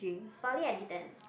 poly I didn't